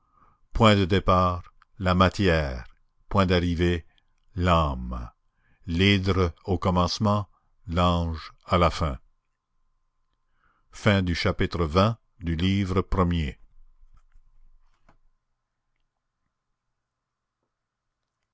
point de départ la matière point d'arrivée l'âme l'hydre au commencement l'ange à la fin chapitre